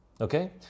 Okay